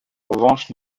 revanche